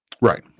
Right